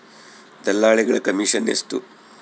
ದಲ್ಲಾಳಿಗಳ ಕಮಿಷನ್ ಎಷ್ಟು?